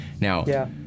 Now